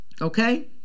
okay